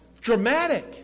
dramatic